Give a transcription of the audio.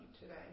today